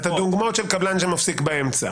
הדוגמאות של קבלן שמפסיק באמצע.